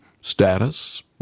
status